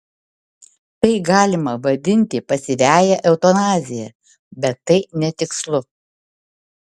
tai galima vadinti pasyviąja eutanazija bet tai netikslu